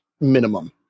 minimum